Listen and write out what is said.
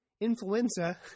Influenza